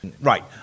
Right